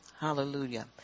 Hallelujah